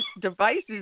devices